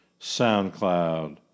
SoundCloud